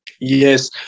Yes